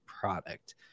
product